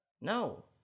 No